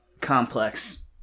complex